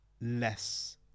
less